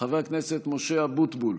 חבר הכנסת משה אבוטבול,